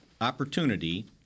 opportunity